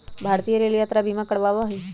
भारतीय रेल यात्रा बीमा करवावा हई